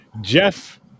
Jeff